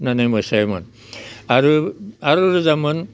खालामनानै मसायोमोन आरो आरो रोजाबोमोन